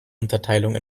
unterteilung